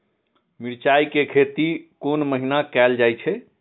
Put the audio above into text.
मिरचाय के खेती कोन महीना कायल जाय छै?